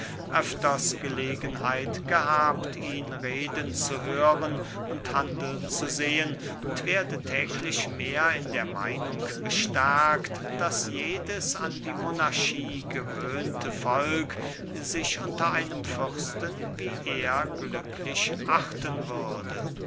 öfters gelegenheit gehabt ihn reden zu hören und handeln zu sehen und werde täglich mehr in der meinung bestärkt daß jedes an die monarchie gewöhnte volk sich unter einem fürsten wie er glücklich achten würde